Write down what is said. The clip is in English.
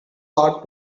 hard